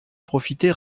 profiter